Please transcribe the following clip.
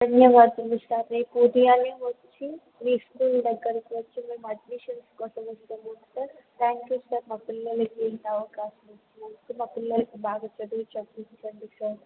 ధన్యవాదాలు సార్ రేపు ఉదయాన్నే వచ్చి మీ స్కూల్ దగ్గరకు వచ్చి అడ్మిషన్స్ కోసం వస్తున్నాం సార్ థ్యాంక్ యు సార్ మా పిల్లలకి ఈ అవకాశం ఇచ్చినందుకు మా పిల్లలకి బాగా చదువు చెప్పించండి సార్